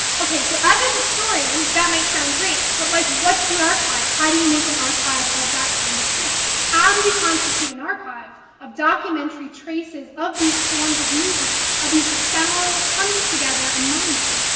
so as a historian, that might sound great, but like what's the archive? how do you make an archive of that kind of thing? how do we constitute an archive of documentary traces of these forms of movement, of these ephemeral comings-together among them?